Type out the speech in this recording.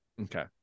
Okay